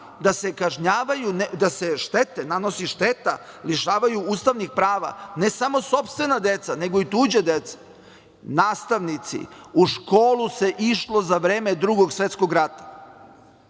da se kažnjavaju, da se štete, da se nanosi šteta Ustavnih prava ne samo sopstvena deca nego i tuđa deca. Nastavnici u školu se išlo za vreme Drugog svetskog rata